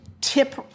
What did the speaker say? tip